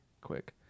quick